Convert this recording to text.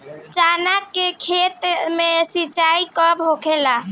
चना के खेत मे सिंचाई कब होला?